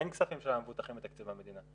אין כספים של המבוטחים בתקציב המדינה.